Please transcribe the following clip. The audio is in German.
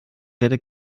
werde